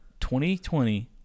2020